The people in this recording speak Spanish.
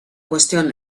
cuestión